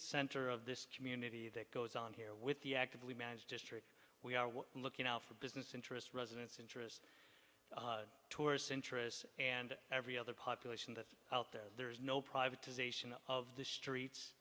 center of this community that goes on here with the actively managed history we are looking out for business interests residence interests tourists interests and every other population that out there there is no privatization of the streets